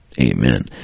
Amen